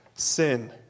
sin